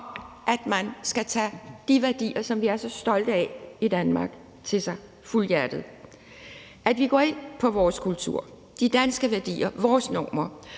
om, at man skal tage de værdier, som vi er så stolte af i Danmark, til sig fuldhjertet; at gå ind for vores kultur, de danske værdier og vores normer